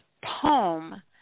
poem